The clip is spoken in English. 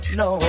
no